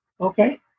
Okay